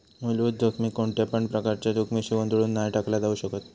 मुलभूत जोखमीक कोणत्यापण प्रकारच्या जोखमीशी गोंधळुन नाय टाकला जाउ शकत